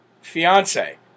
Fiance